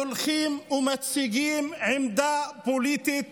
הולכים ומציגים עמדה פוליטית,